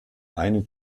einem